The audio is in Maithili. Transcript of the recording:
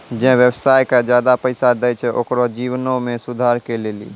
जे व्यवसाय के ज्यादा पैसा दै छै ओकरो जीवनो मे सुधारो के लेली